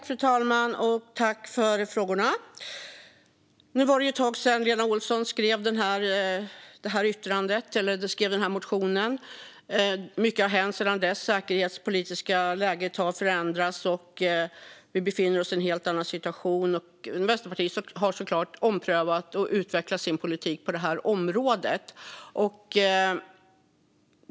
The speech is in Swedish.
Fru talman! Jag tackar för frågorna. Det var ett tag sedan Lena Olsson skrev den motionen. Mycket har hänt sedan dess. Det säkerhetspolitiska läget har förändrats. Vi befinner oss nu i en helt annan situation. Vänsterpartiet har såklart omprövat och utvecklat vår politik på området.